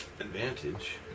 Advantage